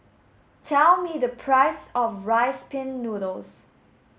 tell me the price of rice pin noodles